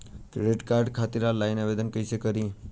Credit card खातिर online आवेदन कइसे करि?